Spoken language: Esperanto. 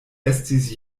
estis